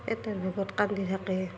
এইটো দুখত কান্দি থাকে